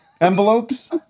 Envelopes